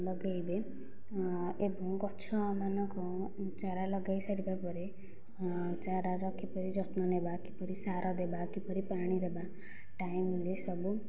ଲଗେଇବେ ଏବଂ ଗଛମାନଙ୍କ ଚାରା ଲଗାଇ ସାରିବା ପରେ ଚାରାର କିପରି ଯତ୍ନ ନେବା କିପରି ସାର ଦେବା କିପରି ପାଣି ଦେବା ଟାଇମରେ ସବୁ